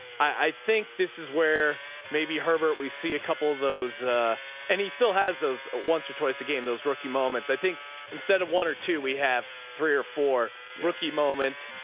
i think this is where maybe herbert, we see a couple of those and he still has those once or twice a game. those rookie moments, i think instead of one or two, we have three or four brookie moments.